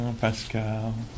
Pascal